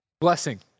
Blessing